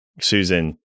Susan